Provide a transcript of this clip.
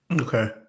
Okay